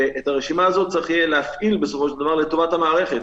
ואת הרשימה הזאת צריך יהיה להפעיל בסופו של דבר לטובת המערכת.